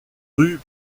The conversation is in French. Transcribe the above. rue